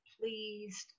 pleased